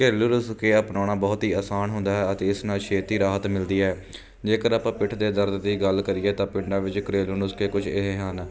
ਘਰੇਲੂ ਨੁਸਖੇ ਅਪਣਾਉਣਾ ਬਹੁਤ ਹੀ ਆਸਾਨ ਹੁੰਦਾ ਹੈ ਅਤੇ ਇਸ ਨਾਲ ਛੇਤੀ ਰਾਹਤ ਮਿਲਦੀ ਹੈ ਜੇਕਰ ਆਪਾਂ ਪਿੱਠ ਦੇ ਦਰਦ ਦੀ ਗੱਲ ਕਰੀਏ ਤਾਂ ਪਿੰਡਾਂ ਵਿੱਚ ਘਰੇਲੂ ਨੁਸਖੇ ਕੁਛ ਇਹ ਹਨ